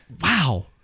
wow